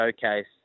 showcase